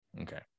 Okay